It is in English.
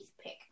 pick